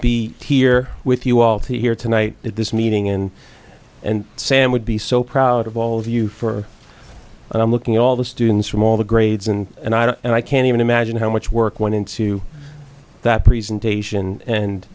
here with you all to here tonight at this meeting in and sam would be so proud of all of you for i'm looking at all the students from all the grades and and i don't and i can't even imagine how much work went into that presentation and